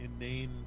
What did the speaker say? inane